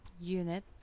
unit